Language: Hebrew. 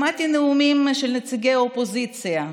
שמעתי נאומים של נציגי האופוזיציה היום,